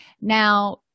Now